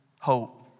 hope